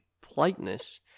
politeness